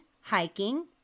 hiking